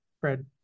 Fred